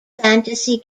fantasy